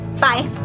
bye